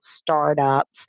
startups